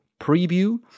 preview